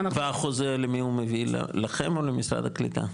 והחוזה, למי הוא מביא, לכם, או למשרד הקליטה?